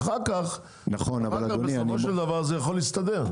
ואחר כך בסופו של דבר זה יכול להסתדר.